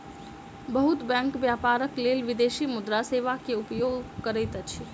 बहुत बैंक व्यापारक लेल विदेशी मुद्रा सेवा के उपयोग करैत अछि